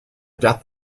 death